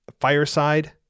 Fireside